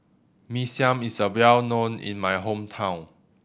Mee Siam is a well known in my hometown